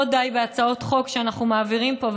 לא די בהצעות חוק שאנחנו מעבירים פה,